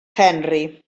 henry